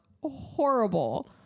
horrible